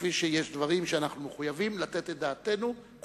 כפי שיש דברים שאנחנו מחויבים.לתת את דעתנו עליהם,